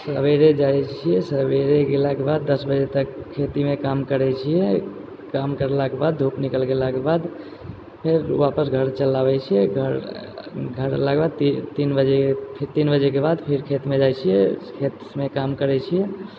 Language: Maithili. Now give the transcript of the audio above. सवेरे जाइ छियै सवेरे गेलाके बाद दस बजे तक खेतीमे काम करै छियै काम करलाके बाद धूप निकलि गेलाके बाद फेर वापस घर चल आबै छियै घरमे लगभग तीन बजेके बाद फेर खेतमे जाय छियै खेतमे काम करै छियै